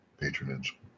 patronage